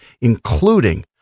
including